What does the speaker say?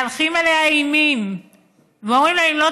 מהלכים עליה אימים ואומרים לה: אם לא